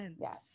yes